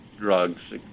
drugs